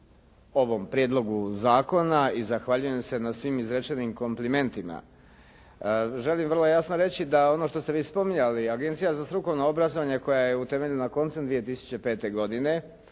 ovom prijedlogu zakona i zahvaljujem se na svim izrečenim komplimentima. Želim vrlo jasno reći da ono što ste vi spominjali, Agencija za strukovno obrazovanje koja je utemeljena koncem 2005. godine